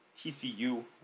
TCU